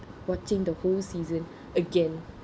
watching the whole season again